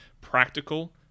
practical